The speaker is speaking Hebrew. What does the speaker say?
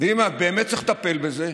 ואם באמת צריך לטפל בזה,